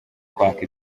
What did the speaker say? kwaka